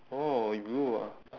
oh you blue ah